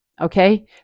Okay